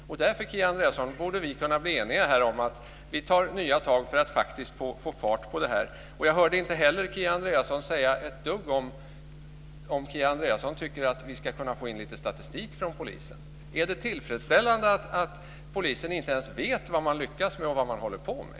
Därför borde Kia Andreasson och jag kunna bli eniga om att vi ska ta nya tag för att få fart på det här. Jag hörde inte heller Kia Andreasson säga ett dugg om hon tycker att vi ska få in lite statistik från polisen. Är det tillfredsställande att polisen inte ens vet vad man lyckas med och vad man håller på med?